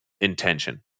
intention